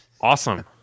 awesome